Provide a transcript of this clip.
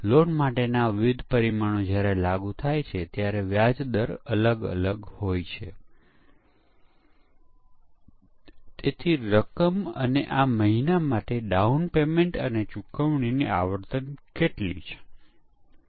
જો x એ y કરતા વધારે હોય તો max એ x ની બરાબર હોય અન્યથા તે x ની બરાબર છે પ્રોગ્રામરે આ લખ્યું છે પરંતુ તે અહી ભૂલ છે